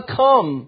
come